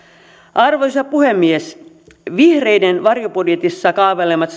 arvoisa puhemies vihreiden varjobudjetissa kaavailemat